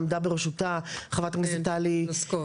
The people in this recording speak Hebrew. עמדה בראשותה חברת הכנסת טלי פלוסקוב